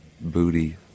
booty